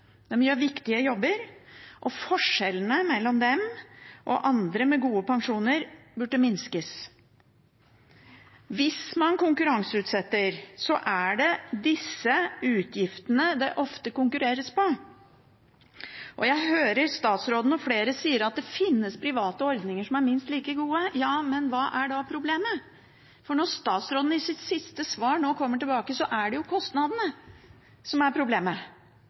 dem og andre, med gode pensjoner, burde minskes. Hvis man konkurranseutsetter, er det disse utgiftene det ofte konkurreres på. Jeg hører at statsråden og flere sier at det finnes private ordninger som er minst like gode. Ja, men hva er da problemet? Når statsråden i sitt siste svar nå kommer tilbake, er det jo kostnadene som er problemet.